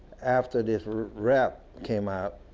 after this rap came out,